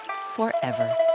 forever